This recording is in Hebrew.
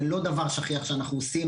זה הוא לא דבר שכיח שאנחנו עושים,